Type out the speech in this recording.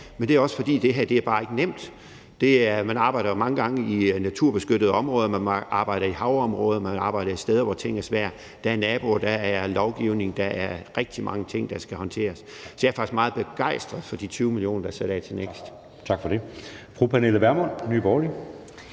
men det er også, fordi det her bare ikke er nemt. Man arbejder jo mange gange i naturbeskyttede områder, man arbejder i havområder, man arbejder steder, hvor tingene er svære – der er naboer, der er lovgivning; der er rigtig mange ting, der skal håndteres. Så jeg er faktisk meget begejstret for de 20 mio. kr., der er sat af til NEKST. Kl. 11:12 Anden næstformand (Jeppe